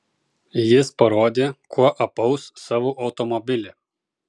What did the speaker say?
jis parodė kuo apaus savo automobilį